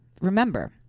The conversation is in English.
Remember